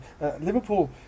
Liverpool